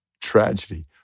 tragedy